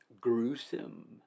gruesome